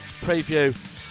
preview